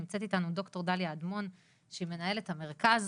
נמצאת איתנו ד"ר דליה אדמון שהיא מנהלת המרכז